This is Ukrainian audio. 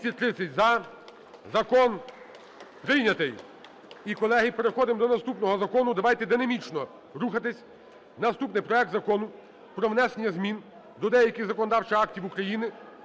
Закон прийнятий. І, колеги, переходимо до наступного закону. Давайте динамічно рухатися. Наступний: проект Закону про внесення змін до деяких законодавчих актів України